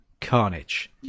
carnage